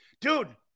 Dude